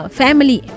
family